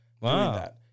Wow